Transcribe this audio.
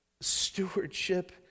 Stewardship